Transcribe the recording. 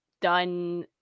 done